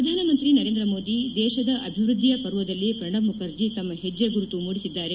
ಪ್ರಧಾನಮಂತ್ರಿ ನರೇಂದ್ರ ಮೋದಿ ದೇಶದ ಅಭಿವೃದ್ದಿಯ ಪರ್ವದಲ್ಲಿ ಪ್ರಣಬ್ ಮುಖರ್ಜಿ ತಮ್ಮ ಹೆಜ್ಜೆ ಗುರುತು ಮೂಡಿಸಿದ್ದಾರೆ